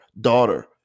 daughter